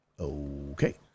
okay